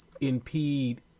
impede